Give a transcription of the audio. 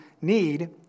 need